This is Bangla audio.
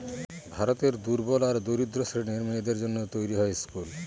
ভারতের দুর্বল আর দরিদ্র শ্রেণীর মেয়েদের জন্য তৈরী হয় স্কুল